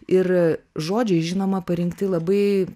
ir žodžiai žinoma parinkti labai